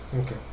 Okay